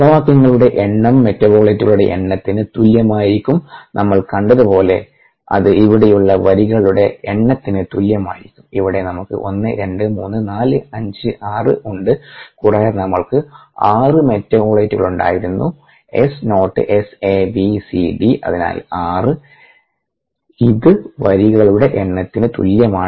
സമവാക്യങ്ങളുടെ എണ്ണം മെറ്റബോളിറ്റുകളുടെ എണ്ണത്തിന് തുല്യമായിരിക്കും നമ്മൾ കണ്ടതുപോലെ അത് ഇവിടെയുള്ള വരികളുടെ എണ്ണത്തിന് തുല്യമായിരിക്കും ഇവിടെ നമുക്ക് 1 2 3 4 5 6 ഉണ്ട് കൂടാതെ നമ്മൾക്ക് 6 മെറ്റബോളിറ്റുകളുണ്ടായിരുന്നു എസ് നോട്ട് SABCD അതിനാൽ 6 ഇത് വരികളുടെ എണ്ണത്തിന് തുല്യമാണ്